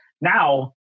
Now